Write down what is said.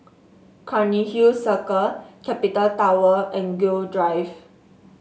Cairnhill Circle Capital Tower and Gul Drive